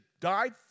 died